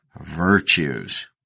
virtues